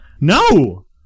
No